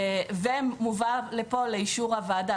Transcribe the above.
ומובא לפה לאישור הוועדה.